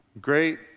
great